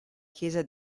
chiesa